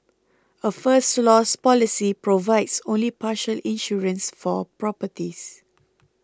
a First Loss policy provides only partial insurance for properties